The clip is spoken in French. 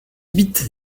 huit